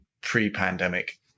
pre-pandemic